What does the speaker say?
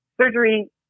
surgery